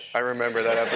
i remember that